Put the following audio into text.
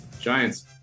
Giants